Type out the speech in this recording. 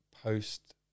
post-